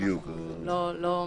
אנחנו לא משוכנעות.